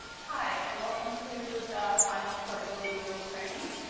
hi, and welcome to the final portability rule training.